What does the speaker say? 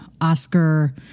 Oscar